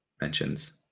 mentions